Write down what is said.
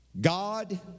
God